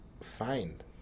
find